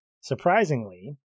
Surprisingly